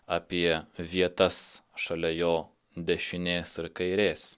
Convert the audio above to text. apie vietas šalia jo dešinės ir kairės